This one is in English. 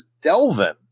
Delvin